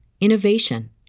innovation